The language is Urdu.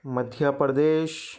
مدھیہ پردیش